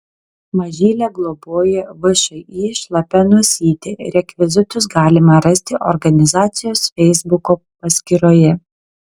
mažylę globoja všį šlapia nosytė rekvizitus galima rasti organizacijos feisbuko paskyroje